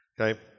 Okay